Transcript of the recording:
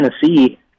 Tennessee